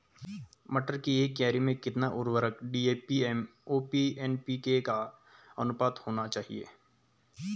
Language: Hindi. मटर की एक क्यारी में कितना उर्वरक डी.ए.पी एम.ओ.पी एन.पी.के का अनुपात होना चाहिए?